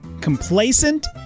complacent